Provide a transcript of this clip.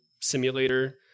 simulator